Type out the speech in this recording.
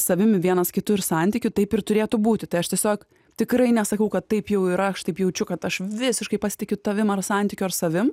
savimi vienas kitu ir santykiu taip ir turėtų būti tai aš tiesiog tikrai nesakau kad taip jau ir aš taip jaučiu kad aš visiškai pasitikiu tavim ar santykiu ar savim